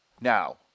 Now